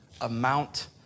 amount